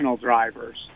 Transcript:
drivers